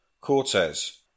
Cortes